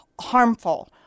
harmful